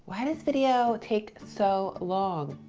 why does video take so long?